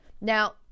Now